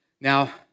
Now